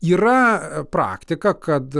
yra praktika kad